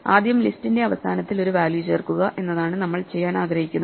ആദ്യം ലിസ്റ്റിന്റെ അവസാനത്തിൽ ഒരു വാല്യൂ ചേർക്കുക എന്നതാണ് നമ്മൾ ചെയ്യാൻ ആഗ്രഹിക്കുന്നത്